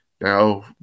now